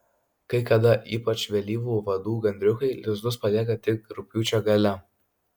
kai kada ypač vėlyvų vadų gandriukai lizdus palieka tik rugpjūčio gale